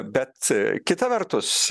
bet kita vertus